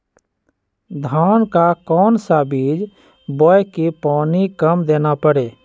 धान का कौन सा बीज बोय की पानी कम देना परे?